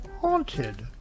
haunted